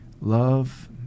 love